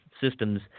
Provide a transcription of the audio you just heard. systems